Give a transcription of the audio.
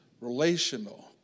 relational